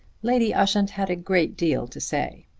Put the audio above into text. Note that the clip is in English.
lady ushant had a great deal to say.